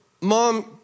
mom